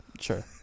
Sure